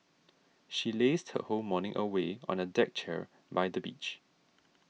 she lazed her whole morning away on a deck chair by the beach